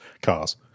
cars